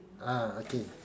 ah okay